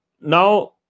now